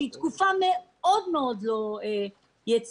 שהיא תקופה מאוד-מאוד לא יציבה,